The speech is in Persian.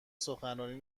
سخنرانی